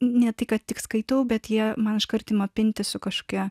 ne tik tik skaitau bet jie man iškart ima pintis su kažkokia